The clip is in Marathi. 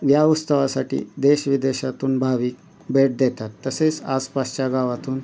या उत्सवासाठी देश विदेशातून भावीक भेट देतात तसेच आसपासच्या गावातून